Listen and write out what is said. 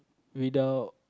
without